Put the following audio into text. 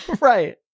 Right